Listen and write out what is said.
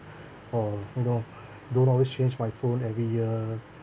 or know don't always change my phone every year